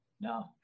No